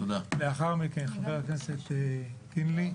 לאחר מכן חבר הכנסת שיקלי.